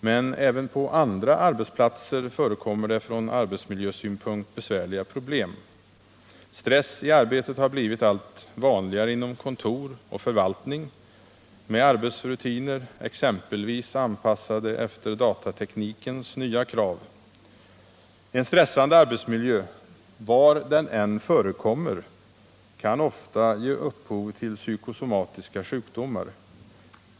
Men även på andra arbetsplatser förekommer det från arbetsmiljösynpunkt besvärliga problem. Stress i arbetet har blivit allt vanligare inom kontor och förvaltning — med arbetsrutiner exempelvis anpassade efter datateknikens nya krav. En stressande arbetsmiljö — var den än förekommer — kan ofta ge upphov till psykosomatiska sjukdomar.